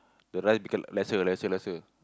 the rice become lesser lesser lesser